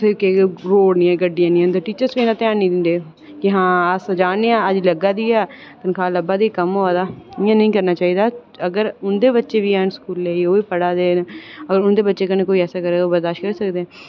ते रोड़ पर इन्नियां गड्डियां होंदियां टीचर बी बड़ा ध्यान निं दिंदे कि आं अस जा ने आं हाजरी लग्गा दी ऐ तनखाह् लब्भा दी कम्म होआ दा ते इं'या नेईं करना चाहिदा उं'दे बच्चे बी हैन स्कूलें ई अगर उंदे बच्चें को ई ऐसा करग ओह् बर्दाश्त करी सकदे